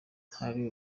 hari